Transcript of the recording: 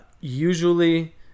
Usually